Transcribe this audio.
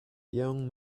young